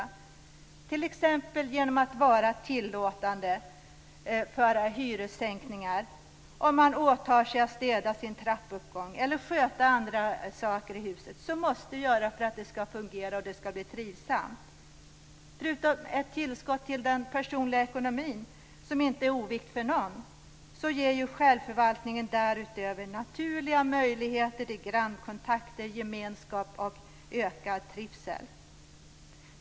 Det kan t.ex. ske genom att tillåta hyressäkningar om man åtar sig att städa sin trappuppgång eller att sköta andra saker i huset som måste göras för att det skall fungera och bli trivsamt. Förutom ett tillskott till den personliga ekonomin, som inte är oviktigt för någon, ger självförvaltningen därutöver naturliga möjligheter till grannkontakter, gemenskap och ökad trivsel.